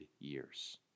years